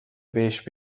بهش